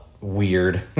weird